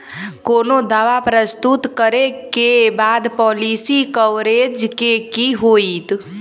कोनो दावा प्रस्तुत करै केँ बाद पॉलिसी कवरेज केँ की होइत?